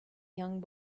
young